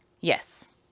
Yes